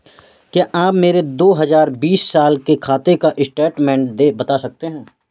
क्या आप मेरे दो हजार बीस साल के खाते का बैंक स्टेटमेंट बता सकते हैं?